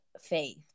Faith